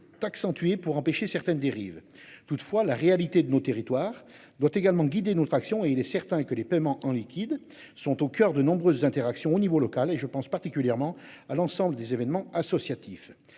accentuée pour empêcher certaines dérives toutefois la réalité de nos territoires doit également guider notre action et il est certain que les paiements en liquide sont au coeur de nombreuses interactions au niveau local et je pense particulièrement à l'ensemble des événements associatif